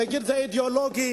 תגידו: זה אידיאולוגי,